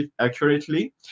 accurately